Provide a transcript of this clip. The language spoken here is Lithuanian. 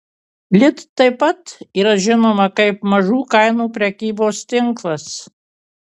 lidl taip pat yra žinoma kaip mažų kainų prekybos tinklas